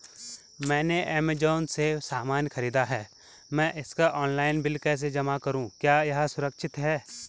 मैंने ऐमज़ान से सामान खरीदा है मैं इसका ऑनलाइन बिल कैसे जमा करूँ क्या यह सुरक्षित है?